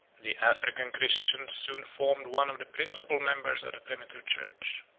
the african christians soon formed one of the principal members of the primitive church.